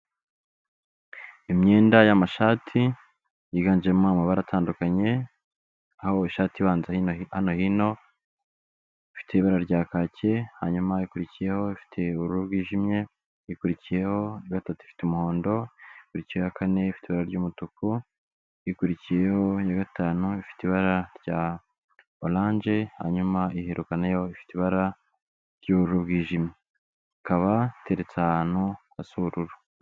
Imyenda yamashati yiganjemo amabara atandukanye, aho ishati ibanza hano hino ifite ibara rya kaki, hanyuma ikurikiyeho ifite uburu bwjimye, ikurikiyeho ya gatatu ifite umuhondo, ikurikiyeho ya kane ifite ibara ry'umutuku, ikurikiyeho ya gatanu ifite ibara rya oranje, hanyuma ihereka na yo ifite ibara ry'uburu bwijimye, ikaba iteretse ahantu hasa ubururu.